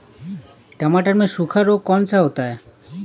टमाटर में सूखा रोग कौन सा होता है?